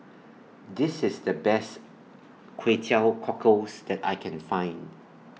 This IS The Best Kway Teow Cockles that I Can Find